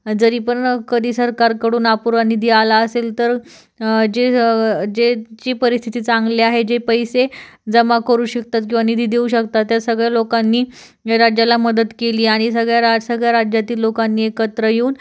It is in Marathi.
जरी पण कधी सरकारकडून अपुरा निधी आला असेल तर जे जे जी परिस्थिती चांगली आहे जे पैसे जमा करू शकतात किंवा निधी देऊ शकतात त्या सगळ्या लोकांनी राज्याला मदत केली आणि सगळ्या रा सगळ्या राज्यातील लोकांनी एकत्र येऊन